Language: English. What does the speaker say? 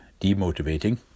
demotivating